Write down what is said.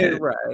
Right